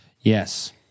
Yes